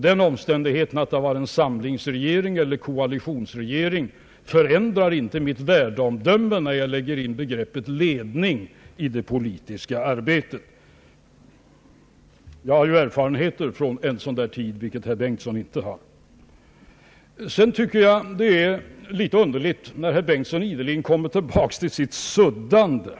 Den omständigheten att det tidvis har varit en samlingsregering eller en koalitionsregering förändrar inte det värdeomdöme jag har när jag använder begreppet ledning i det politiska arbetet — jag har ju erfarenheter från en sådan tid, vilket herr Bengtson inte har. Jag tycker att det är litet underligt, när herr Bengtson ideligen kommer tillbaka till ordet »suddande».